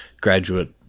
graduate